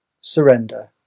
surrender